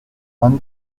vingt